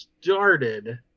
started